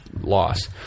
loss